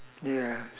yes